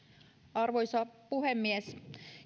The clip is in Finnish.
arvoisa puhemies